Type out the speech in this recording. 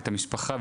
את המשפחה,